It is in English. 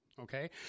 okay